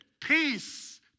peace